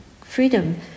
freedom